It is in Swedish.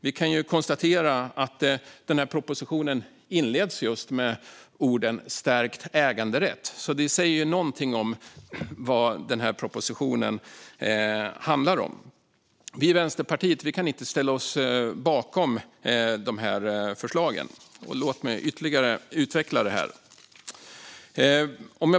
Vi kan konstatera att propositionen inleds just med orden "stärkt äganderätt". Det säger något om vad propositionen handlar om. Vi i Vänsterpartiet kan inte ställa oss bakom dessa förslag. Låt mig ytterligare utveckla detta.